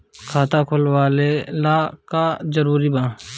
खाता खोले ला का का जरूरी बा?